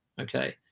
okay